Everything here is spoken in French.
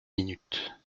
minutes